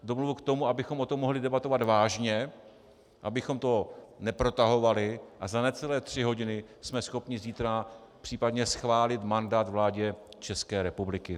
Domluvu k tomu, abychom o tom mohli debatovat vážně, abychom to neprotahovali, a za necelé tři hodiny jsme schopni zítra případně schválit mandát vládě České republiky.